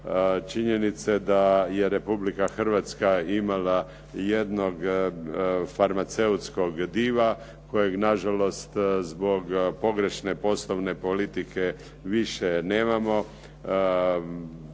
činjenice da je Republika Hrvatska imala jednog farmaceutskog diva kojeg na žalost zbog pogrešne poslovne politike više nemamo.